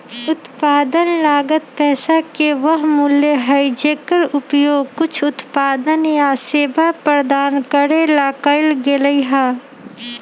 उत्पादन लागत पैसा के वह मूल्य हई जेकर उपयोग कुछ उत्पादन या सेवा प्रदान करे ला कइल गयले है